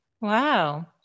Wow